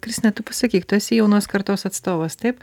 kristina tu pasakyk tu esi jaunos kartos atstovas taip